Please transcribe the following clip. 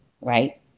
right